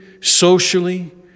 socially